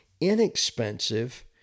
inexpensive